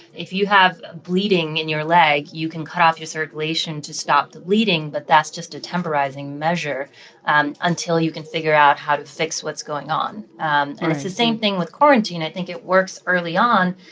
if you have bleeding in your leg, you can cut off your circulation to stop the bleeding, but that's just a temporizing measure and until you can figure out how to fix what's going on. and it's the same thing with quarantine. i think it works early on